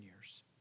years